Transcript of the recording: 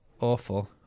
awful